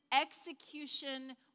execution